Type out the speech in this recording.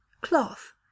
cloth